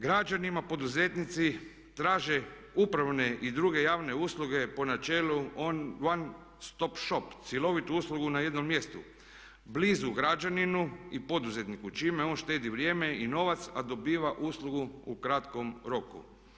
Građanima poduzetnici traže upravne i druge javne usluge po načelu one stop shop, cjelovitu uslugu na jednom mjestu blizu građaninu i poduzetniku čime on štedi vrijeme i novac, a dobiva uslugu u kratkom roku.